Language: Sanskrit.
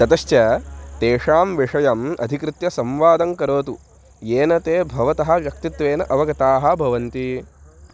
ततश्च तेषां विषयम् अधिकृत्य संवादं करोतु येन ते भवतः व्यक्तित्वेन अवगताः भवन्ति